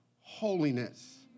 holiness